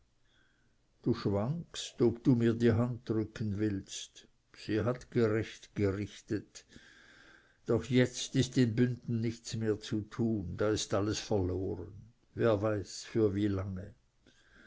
du schwankst ob du mir die hand drücken willst sie hat gerecht gerichtet doch jetzt ist in bünden nichts mehr zu tun da ist alles verloren wer weiß für wie lange